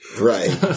right